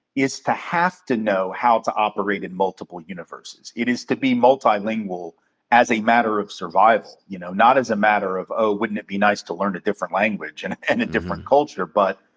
is to have to know how to operate in multiple universes. it is to be multilingual as a matter of survival, you know? not as a matter of, oh, wouldn't it be nice to learn a different language and and a different culture, but,